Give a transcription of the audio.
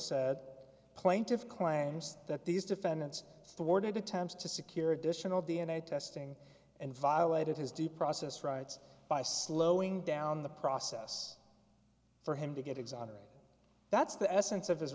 said plaintiff's claims that these defendants stored attempts to secure additional d n a testing and violated his due process rights by slowing down the process for him to get exonerated that's the essence of his